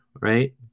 right